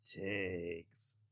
takes